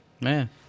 Man